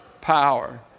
power